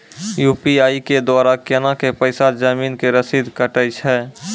UPI के द्वारा केना कऽ पैसा जमीन के रसीद कटैय छै?